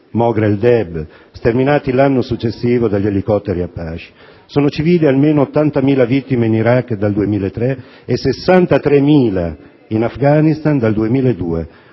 Mogr-el-Deeb, sterminati l'anno successivo dagli elicotteri Apache. Sono civili almeno 80.000 vittime in Iraq dal 2003 e 63.000 in Afghanistan dal 2002.